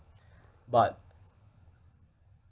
but